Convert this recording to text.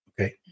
okay